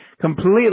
completely